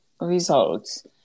results